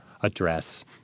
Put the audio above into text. address